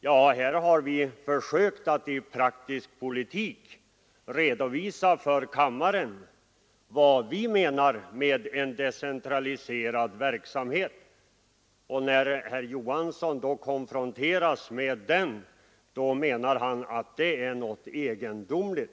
Ja, vi har försökt att i praktisk politik redovisa för kammaren vad vi menar med en decentraliserad verksamhet. När herr Johansson konfronteras med detta menar han att det är något egendomligt.